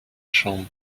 chambre